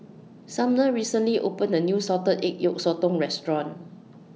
Sumner recently opened A New Salted Egg Yolk Sotong Restaurant